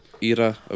era